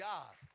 God